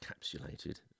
encapsulated